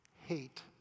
hate